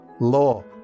Law